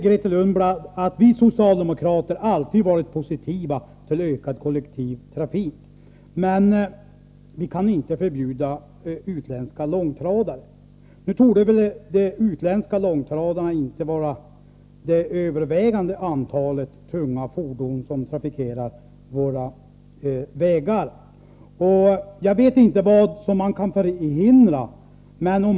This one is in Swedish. Grethe Lundblad säger också att socialdemokraterna alltid har varit positivt inställda till en utökad kollektiv trafik men att man inte kan förbjuda utländska långtradare. Nu torde väl de utländska långtradarna inte utgöra det övervägande antalet tunga fordon som trafikerar våra vägar. Jag vet inte vad man kan göra för att förhindra den trafiken.